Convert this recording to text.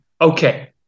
Okay